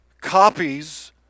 copies